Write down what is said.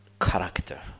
character